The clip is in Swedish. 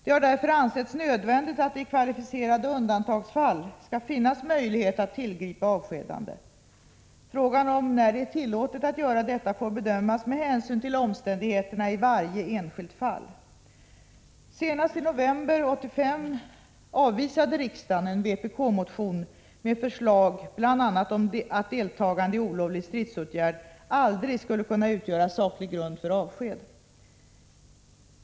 Det har därför ansetts nödvändigt att det i kvalificerade undantagsfall skall finnas möjlighet att tillgripa avskedande. Frågan när det är tillåtet att göra detta får bedömas med hänsyn till omständigheterna i varje enskilt fall. Senast i november 1985 avvisade riksdagen en vpk-motion med förslag bl.a. om att deltagande i olovlig stridsåtgärd aldrig skulle kunna utgöra saklig grund för avsked.